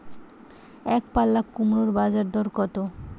একপাল্লা কুমড়োর বাজার দর কত?